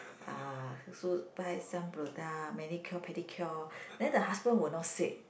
uh so buy some product manicure pedicure then the husband will not said